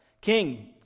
King